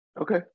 Okay